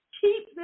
keep